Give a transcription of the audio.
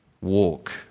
walk